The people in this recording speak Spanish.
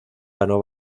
ganó